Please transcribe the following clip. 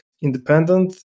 independent